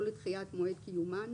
או לדחיית מועד קיומן,